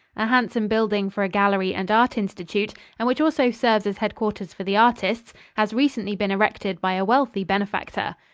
a handsome building for a gallery and art institute, and which also serves as headquarters for the artists, has recently been erected by a wealthy benefactor.